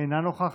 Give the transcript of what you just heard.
אינה נוכחת,